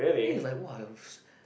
then is like [wah]